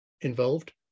involved